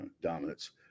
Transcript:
dominance